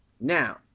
Now